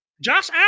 Josh